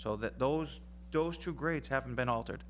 so that those those two grades haven't been altered